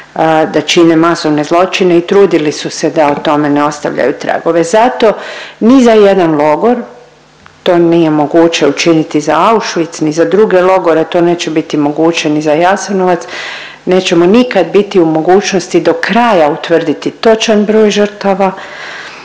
da čine masovne zločine i trudili su se da o tome ne ostavljaju tragove. Zato ni za jedan logor to nije moguće učiniti za Auschwitz ni za druge logore, to neće biti moguće ni za Jasenovac, nećemo nikad biti u mogućnosti do kraja utvrditi točan broj žrtava